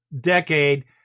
decade